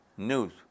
news